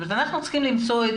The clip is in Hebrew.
זאת אומרת אנחנו צריכים למצוא את